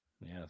Yes